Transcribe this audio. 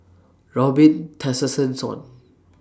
Robin Tessensohn